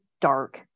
dark